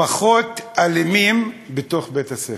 פחות אלימים בתוך בית-הספר.